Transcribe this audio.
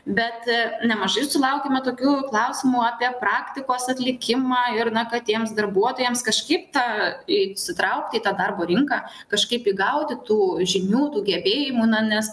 bet nemažai sulaukiama tokių klausimų apie praktikos atlikimą ir na kad tiems darbuotojams kažkaip tą įsitraukti į tą darbo rinką kažkaip įgauti tų žinių tų gebėjimų nes